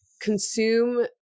Consume